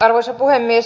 arvoisa puhemies